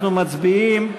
אנחנו מצביעים.